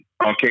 okay